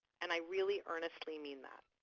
and i really, earnestly, mean that.